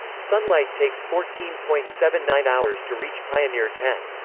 sunlight takes fourteen point seven nine hours to reach pioneer ten.